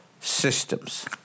systems